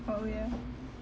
orh ya